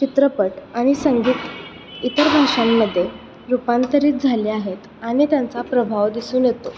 चित्रपट आणि संगीत इतर भाषांमध्ये रूपांतरित झाले आहेत आणि त्यांचा प्रभाव दिसून येतो